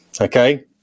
Okay